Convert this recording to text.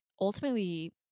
ultimately